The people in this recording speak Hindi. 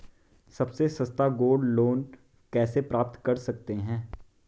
सबसे सस्ता गोल्ड लोंन कैसे प्राप्त कर सकते हैं?